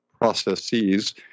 processes